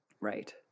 right